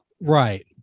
Right